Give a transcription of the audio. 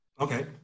Okay